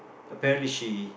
apparently she